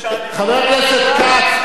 חבר הכנסת כץ,